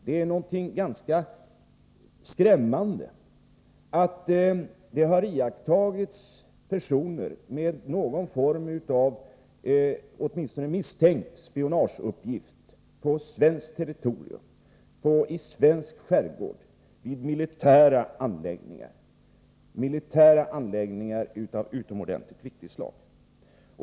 Det är någonting skrämmande att det har 143 iakttagits personer som haft eller åtminstone kan misstänkas för att ha haft en spionageuppgift i den svenska skärgården, vid militära anläggningar av utomordentligt viktigt slag.